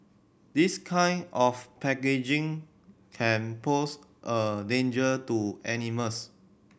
this kind of packaging can pose a danger to animals